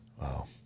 Wow